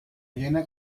jener